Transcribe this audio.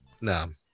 No